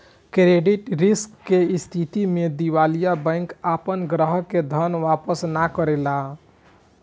credit risk के स्थिति में दिवालिया बैंक आपना ग्राहक के धन वापस ना करेला